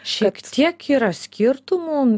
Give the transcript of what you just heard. šiek tiek yra skirtumų